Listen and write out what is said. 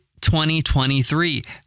2023